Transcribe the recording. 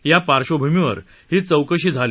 त्या पार्श्वभूमीवर ही चौकशी झाली